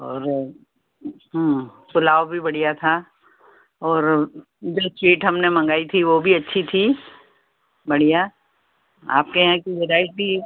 और हाँ पुलाव भी बढ़िया था और जो चीट हमने मंगाई थी वो भी अच्छी थी बढ़िया आपके यहाँ की वेराइटी